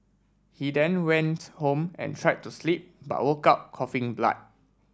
he then went home and tried to sleep but woke up coughing blood